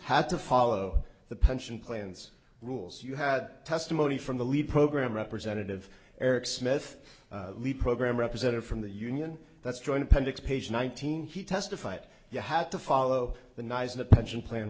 had to follow the pension plans rules you had testimony from the lead program representative eric smith lead program representative from the union that's joint appendix page nineteen he testified you have to follow the nies the pension plan